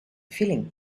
feeling